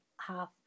half